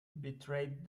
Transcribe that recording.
betrayed